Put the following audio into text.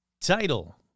Title